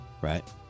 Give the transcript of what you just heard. right